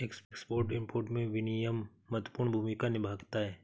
export import में विनियमन महत्वपूर्ण भूमिका निभाता है